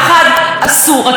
אז על מה אנחנו פותחים פה?